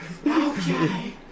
Okay